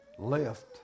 left